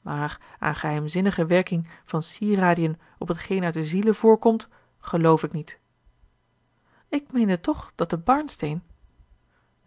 maar aan geheimzinnige werking van sieradiën op t geen uit de ziele voorkomt geloove ik niet ik meende toch dat de barnsteen